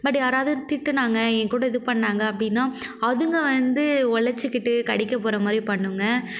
but யாரவது திட்டினாங்க என் கூட இது பண்ணாங்க அப்படினா அதுங்க வந்து குலச்சிகிட்டு கடிக்க போகிற மாதிரி பண்ணுங்க